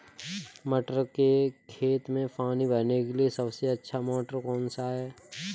मटर के खेत में पानी भरने के लिए सबसे अच्छा मोटर कौन सा है?